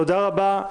תודה רבה,